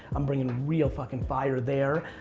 i'm bringing real fucking fire there,